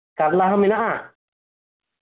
ᱠᱟᱨᱞᱟ ᱦᱚᱸ ᱢᱮᱱᱟᱜᱼᱟ